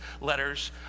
letters